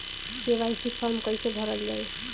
KYC form कइसे भरल जाइ?